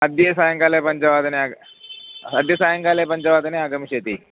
अद्य सायङ्काले पञ्चवादने आग अद्य सायङ्काले पञ्चवादने आगमिष्यति